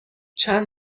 چند